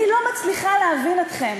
אני לא מצליחה להבין אתכם,